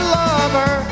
lover